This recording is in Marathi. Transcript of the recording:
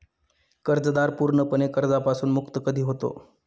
कर्जदार पूर्णपणे कर्जापासून मुक्त कधी होतो?